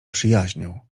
przyjaźnią